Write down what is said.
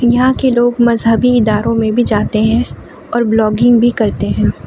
یہاں کے لوگ مذہبی اداروں میں بھی جاتے ہیں اور بلاگنگ بھی کرتے ہیں